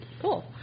cool